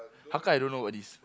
how come I don't know about this